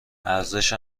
ارزش